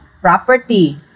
property